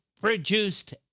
produced